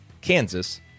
Kansas